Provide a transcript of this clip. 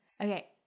Okay